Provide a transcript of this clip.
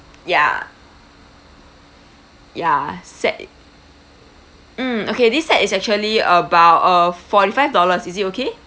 ya ya set mm okay this side is actually about uh forty five dollars is it okay